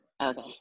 Okay